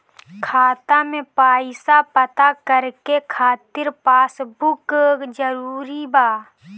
खाता में पईसा पता करे के खातिर पासबुक जरूरी बा?